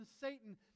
satan